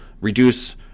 reduce